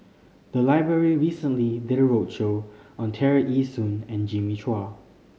the library recently did a roadshow on Tear Ee Soon and Jimmy Chua